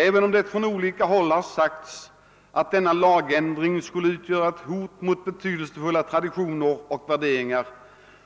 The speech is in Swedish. Även om det från olika håll har sagts att denna lagändring skulle utgöra ett hot mot betydelsefulla traditioner och värderingar,